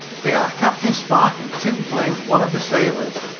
they are captain spark and tim flynn, one of the sailors!